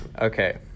Okay